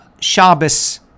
Shabbos